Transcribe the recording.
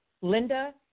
Linda